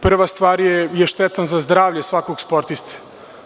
Prva stvar, štetan je za zdravlje svakog sportiste.